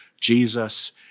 Jesus